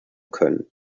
können